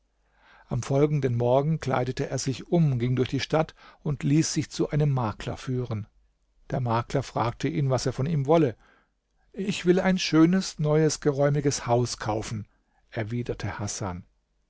am folgenden morgen kleidete er sich um ging durch die stadt und ließ sich zu einem makler führen der makler fragte ihn was er von ihm wolle ich will ein schönes neues geräumiges haus kaufen erwiderte hasan